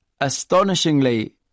Astonishingly